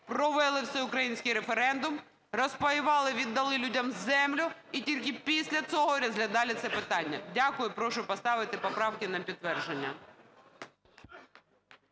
провели всеукраїнський референдум, розпаювали, віддали людям землю і тільки після цього розглядали це питання. Дякую. Прошу поставити поправки на підтвердження.